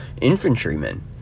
infantrymen